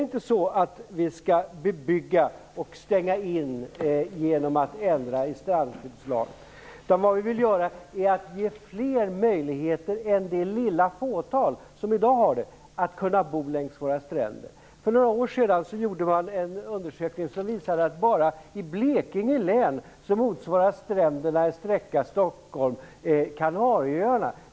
Vi skall inte bebygga och stänga in genom att ändra i strandskyddslagen, utan vi vill ge fler än det lilla fåtal som det i dag gäller möjlighet att bo längs stränder. För några år sedan gjordes en undersökning som visade att bara i Blekinge län motsvarar stränderna sträckan Stockholm-Kanarieöarna.